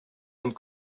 und